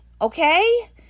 okay